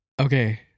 okay